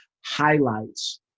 highlights